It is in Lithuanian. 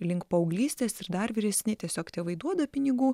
link paauglystės ir dar vyresni tiesiog tėvai duoda pinigų